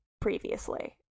previously